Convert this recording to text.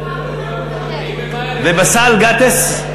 ובאסל גטאס?